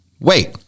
Wait